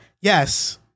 yes